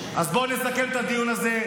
אז בואו נסכם את הדיון הזה.